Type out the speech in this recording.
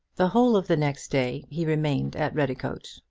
the whole of the next day he remained at redicote,